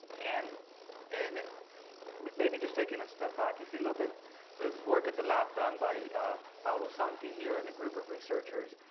and and maybe just taking a step back if you look at so this is work at the lab done by paolo santi here and a group of researchers.